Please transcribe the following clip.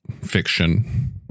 fiction